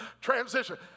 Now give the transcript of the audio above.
transition